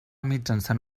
mitjançant